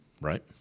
Right